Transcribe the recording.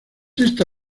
esta